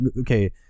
Okay